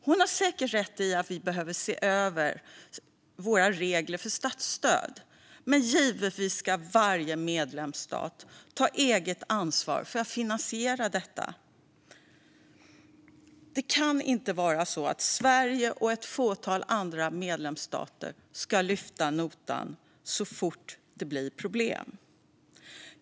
Hon har säkert rätt i att vi behöver se över våra regler för statsstöd, men givetvis ska varje medlemsstat ta eget ansvar för att finansiera detta. Det kan inte vara så att Sverige och ett fåtal andra medlemsstater ska ta notan så fort det blir problem.